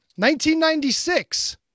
1996